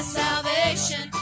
salvation